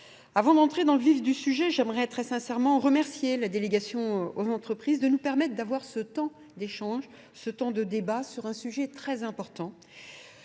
Avant d'entrer dans le vif du sujet, j'aimerais très sincèrement remercier la délégation aux entreprises de nous permettre d'avoir ce temps d'échange, ce temps de débat sur un sujet très important.